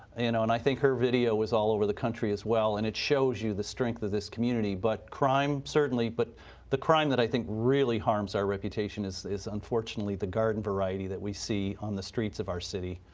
you know and i think her video was all over the country, as well, and it shows you the strength of this community. but crime, certainly, but the crime that i think really harms our reputation is is unfortunately the garden variety that we see on the streets of our city.